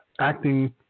acting